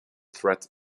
threat